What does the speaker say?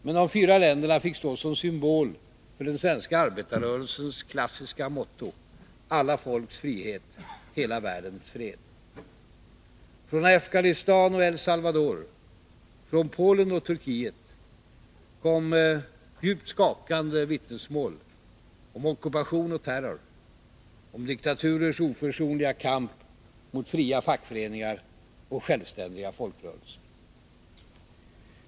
Men de fyra länderna fick stå som symbol för den svenska arbetarrörelsens klassiska motto: ”Alla folks frihet, hela världens fred.” Från Afghanistan och El Salvador, från Polen och Turkiet, kom djupt skakande vittnesmål om ockupation och terror, om diktaturens oförsonliga kamp mot fria fackföreningar och självständiga folkrörelser.